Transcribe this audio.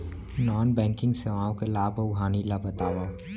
non banking सेवाओं के लाभ अऊ हानि ला बतावव